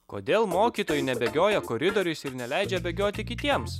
kodėl mokytojai nebėgioja koridoriais ir neleidžia bėgioti kitiems